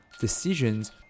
decisions